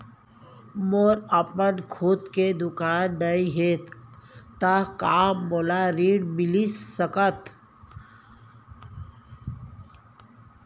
मोर अपन खुद के दुकान नई हे त का मोला ऋण मिलिस सकत?